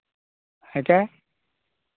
ᱦᱮᱸ ᱪᱮ